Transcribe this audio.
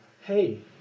hey